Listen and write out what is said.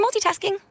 multitasking